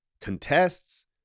contests